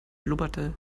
blubberte